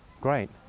Great